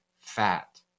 fat